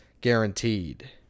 guaranteed